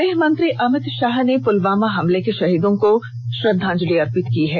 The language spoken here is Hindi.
गृह मंत्री अमित शाह ने पुलवामा हमले के शहीदों को श्रद्धांजलि अर्पित की है